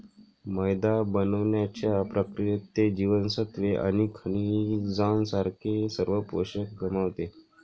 मैदा बनवण्याच्या प्रक्रियेत, ते जीवनसत्त्वे आणि खनिजांसारखे सर्व पोषक गमावते